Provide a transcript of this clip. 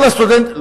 כל הסטודנטים,